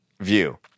view